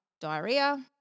diarrhea